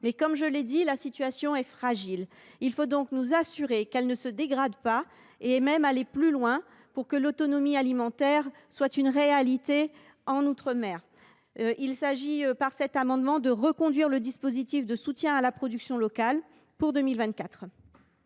mais – comme je l’ai souligné – la situation est fragile. Il faut s’assurer qu’elle ne se dégrade pas et aller plus loin pour que l’autonomie alimentaire soit une réalité outre mer. Il s’agit, au travers de cet amendement, de reconduire le dispositif de soutien à la production locale pour 2024.